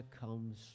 comes